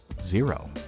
zero